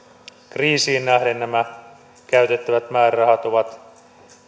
kriisiin nähden nämä käytettävät määrärahat ovat